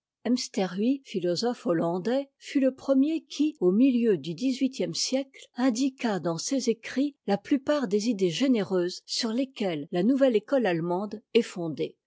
philosophe hollandais fut le premier qui au milieu du dix-huitième siècle indiqua dans ses écrits la plupart des idées généreuses sur lesquelles la nouvelle école allemande est fondée